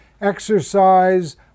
exercise